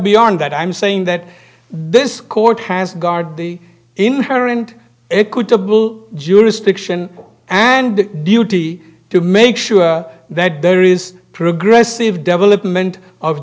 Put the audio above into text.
beyond that i'm saying that this court has guard the inherent equitable jurisdiction and duty to make sure that there is progressive development of